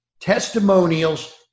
testimonials